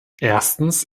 erstens